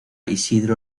isidro